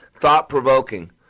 thought-provoking